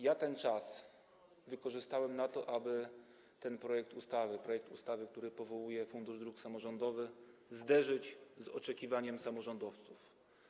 Ja ten czas wykorzystałem, aby ten projekt ustawy, projekt ustawy, który powołuje Fundusz Dróg Samorządowych, zderzyć z oczekiwaniami samorządowców.